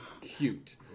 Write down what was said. cute